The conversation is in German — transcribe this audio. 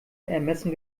ermessen